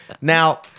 now